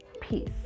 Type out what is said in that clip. Peace